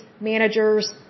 managers